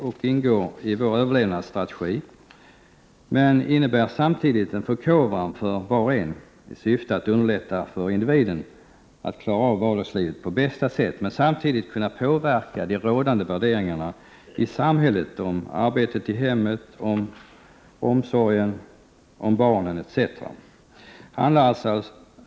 Detta ingår i vår överlevnadsstrategi men innebär samtidigt en förkovran för var och en i syfte att underlätta för individen att klara av vardagslivet på bästa sätt och kunna påverka de i samhället rådande värderingarna om arbetet i hemmet, om omsorgen om barnen, etc.